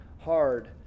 hard